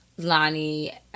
Lonnie